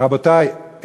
רבותי,